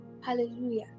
Hallelujah